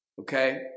Okay